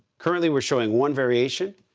currently, we're showing one variation.